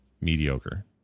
mediocre